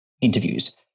interviews